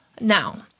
Now